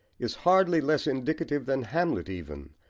is hardly less indicative than hamlet even,